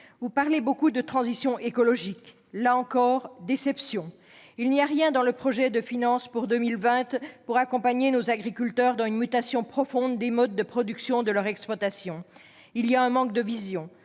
Vous parlez beaucoup de transition écologique. Là encore, la déception est grande : il n'y a rien dans le projet de loi de finances pour 2020 pour accompagner nos agriculteurs dans une mutation profonde des modes de production de leurs exploitations. Ce texte souffre d'un manque de vision.